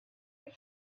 and